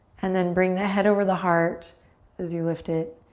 and then bring the head over the heart as you lift it.